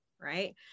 right